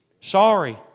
Sorry